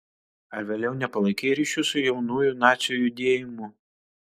ar vėliau nepalaikei ryšių su jaunųjų nacių judėjimu